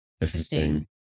Interesting